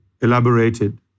elaborated